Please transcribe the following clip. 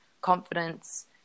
confidence